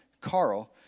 Carl